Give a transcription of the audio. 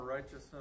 Righteousness